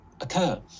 occur